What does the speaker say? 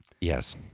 Yes